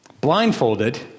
blindfolded